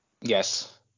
Yes